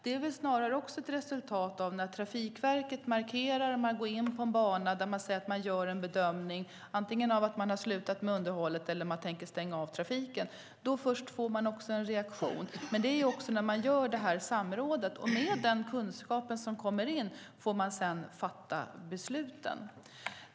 Det är också ett resultat av Trafikverkets bedömning av en bana, om man har slutat med underhållet eller om man tänker stänga av trafiken. Trafikverket får då en reaktion. Med den kunskap som kommer ut av samrådet får man sedan fatta beslut.